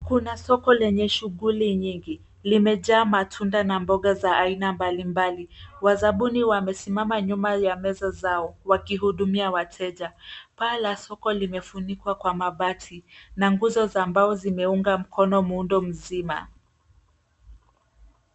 Kuna soko lenye shughuli nyingi. Limejaa matunda na mboga za aina mbalimbali. Wazabuni wamesimama nyuma ya meza zao wakihudumia wateja. Paa la soko limefunikwa kwa mabati na nguzo za mbao zimeunga mkono muundo mzima.